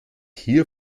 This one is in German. hier